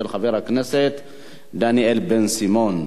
של חבר הכנסת דניאל בן-סימון,